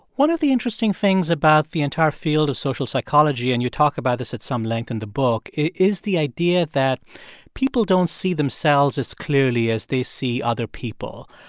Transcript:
one of the interest things about the entire field of social psychology and you talk about this at some length in the book is the idea that people don't see themselves as clearly as they see other people.